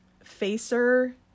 Facer